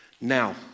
Now